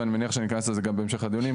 ואני מניח שניכנס לזה גם בהמשך הדיונים.